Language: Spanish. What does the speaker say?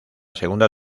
segunda